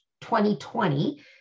2020